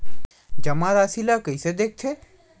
जमा राशि ला कइसे देखथे?